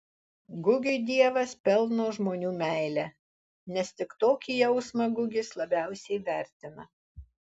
gugiui dievas pelno žmonių meilę nes tik tokį jausmą gugis labiausiai vertina